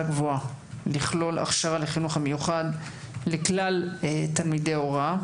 גבוהה לכלול הכשרה לחינוך המיוחד לכלל תלמידי ההוראה.